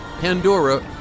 Pandora